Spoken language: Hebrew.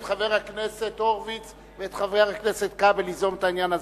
את חבר הכנסת הורוביץ ואת חבר הכנסת כבל ליזום את העניין הזה,